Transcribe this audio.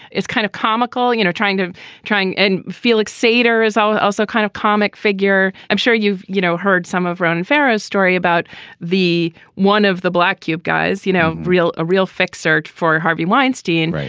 it's kind of comical, you know, trying to trying. and felix sader is also a kind of comic figure. i'm sure you've, you know, heard some of ron pharoh story about the one of the black cube guys, you know, real a real fix search for harvey weinstein,